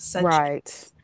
Right